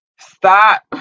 Stop